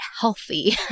healthy